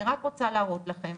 אני רק רוצה להראות לכם,